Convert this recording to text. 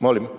za